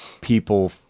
people